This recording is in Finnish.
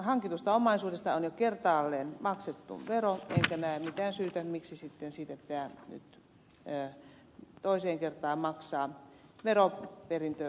hankitusta omaisuudesta on jo kertaalleen maksettu vero enkä näe mitään syytä miksi sitten siitä pitää nyt toiseen kertaan maksaa vero perintöveron muodossa